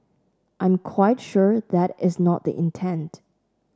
I'm quite sure that is not the intent